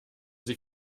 sie